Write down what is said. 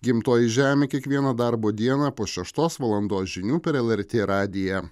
gimtoji žemė kiekvieną darbo dieną po šeštos valandos žinių per lrt radiją